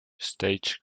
stage